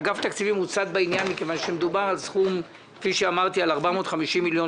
אגף התקציבים הוא צד בעניין מכיוון שמדובר על סכום של 450 מיליון